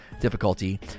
difficulty